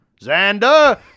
Xander